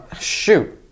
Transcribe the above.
Shoot